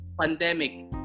pandemic